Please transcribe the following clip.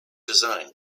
design